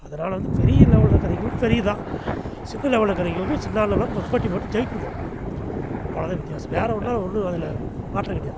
அதனால் வந்து பெரிய லெவலில் இருக்கறவங்களுக்கு பெரியது தான் சின்ன லெவலில் இருக்கிறவங்களுக்கு சின்ன ஆளெல்லாம் இப்போ போட்டி போட்டு ஜெயிக்க முடியாது அவ்வளோ தான் வித்தியாசம் வேறு ஒன்றும் ஒன்றும் அதில் மாற்றம் கிடையாது